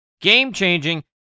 game-changing